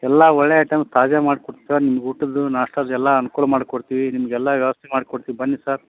ಎಲ್ಲ ಒಳ್ಳೆ ಐಟಮ್ಸ್ ತಾಜಾ ಮಾಡ್ಕೊಡ್ತಿವಿ ಸರ್ ನೀವು ಊಟದ್ದು ನಾಷ್ಟದ್ದು ಎಲ್ಲ ಅನುಕೂಲ ಮಾಡ್ಕೊಡ್ತಿವಿ ನಿಮಗೆಲ್ಲ ವ್ಯವಸ್ಥೆ ಮಾಡ್ಕೊಡ್ತಿವಿ ಬನ್ನಿ ಸರ್